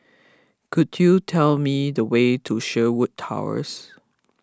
could you tell me the way to Sherwood Towers